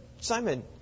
Simon